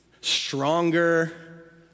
stronger